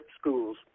schools